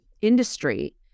industry